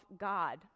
God